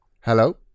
Hello